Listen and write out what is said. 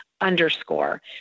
underscore